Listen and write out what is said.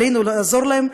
עלינו לעזור להם,